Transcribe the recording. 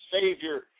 Savior